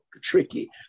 tricky